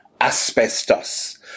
asbestos